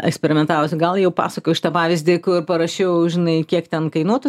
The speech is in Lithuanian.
eksperimentavusi gal jau pasakojau šitą pavyzdį kur parašiau žinai kiek ten kainuotų